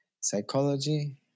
psychology